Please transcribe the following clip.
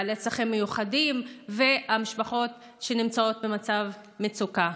בעלי הצרכים המיוחדים והמשפחות שנמצאות במצב מצוקה.